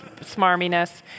smarminess